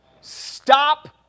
Stop